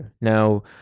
Now